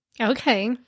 Okay